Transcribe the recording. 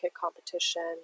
Competition